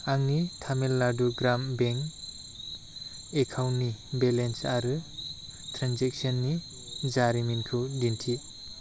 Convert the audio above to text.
आंनि तामिलनाडु ग्राम बेंक एकाउन्टनि बेलेन्स आरो ट्रेनजेक्स'ननि जारिमिनखौ दिन्थि